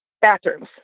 bathrooms